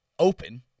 open